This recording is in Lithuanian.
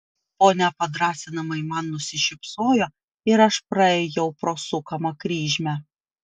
ponia padrąsinamai man nusišypsojo ir aš praėjau pro sukamą kryžmę